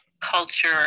culture